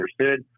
understood